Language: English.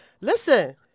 Listen